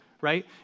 Right